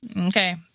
Okay